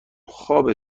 خوابه